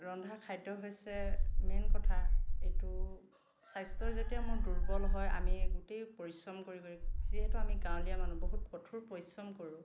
ৰন্ধা খাদ্য হৈছে মেইন কথা এইটো স্বাস্থ্যৰ যেতিয়া মোৰ দুৰ্বল হয় আমি গোটেই পৰিশ্ৰম কৰি কৰি যিহেতু আমি গাঁৱলীয়া মানুহ বহুত কঠোৰ পৰিশ্ৰম কৰোঁ